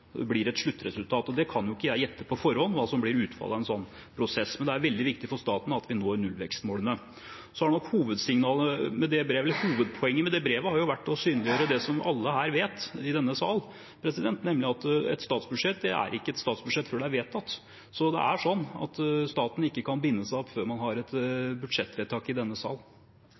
blir utfallet av en slik prosess. Men det er veldig viktig for staten at vi når nullvekstmålene. Hovedpoenget med det brevet har vært å synliggjøre det som alle her i denne salen vet, nemlig at et statsbudsjett ikke er et statsbudsjett før det er vedtatt. Staten kan ikke binde seg opp før man har et budsjettvedtak i denne